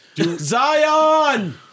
Zion